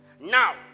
Now